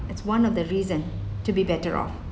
it's one of the reason to be better off